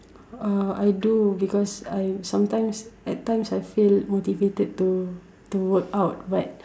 uh I do because I sometimes at times feel motivated to workout but